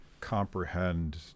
comprehend